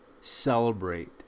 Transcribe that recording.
Celebrate